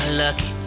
lucky